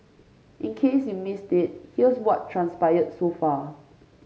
in case you missed it here's what transpired so far